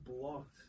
blocked